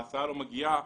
ההסעה לא מגיעה,